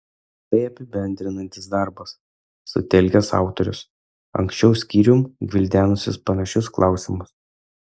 tai apibendrinantis darbas sutelkęs autorius anksčiau skyrium gvildenusius panašius klausimus